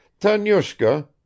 Tanyushka